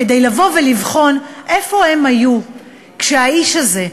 כדי לבוא ולבחון איפה הם היו כשהאיש הזה,